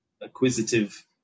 acquisitive